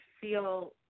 feel